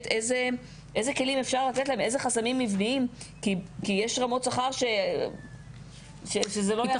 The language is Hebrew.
איזה כלים אפשר לתת להם איזה חסמים מבניים כי יש רמות שכר שזה לא יעזור.